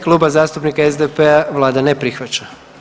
Kluba zastupnika SDP-a, Vlada ne prihvaća.